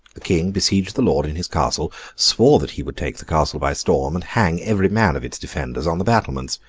the king besieged the lord in his castle, swore that he would take the castle by storm, and hang every man of its defenders on the battlements.